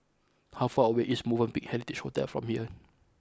how far away is Movenpick Heritage Hotel from here